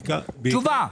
תשובה.